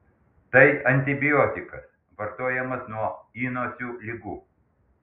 tai antibiotikas vartojamas nuo įnosių ligų